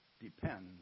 depends